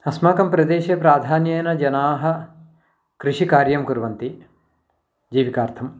अस्माकं प्रदेशे प्राधान्येन जनाः कृषिकार्यं कुर्वन्ति जीविकार्थं